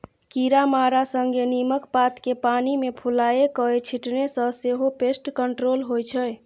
कीरामारा संगे नीमक पात केँ पानि मे फुलाए कए छीटने सँ सेहो पेस्ट कंट्रोल होइ छै